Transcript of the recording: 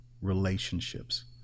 relationships